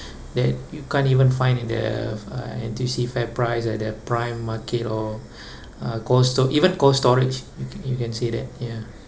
that you can't even find in the uh N_T_U_C Fairprice at the Prime market or uh cold sto~ even Cold Storage you can you can say that ya